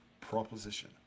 proposition